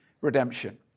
redemption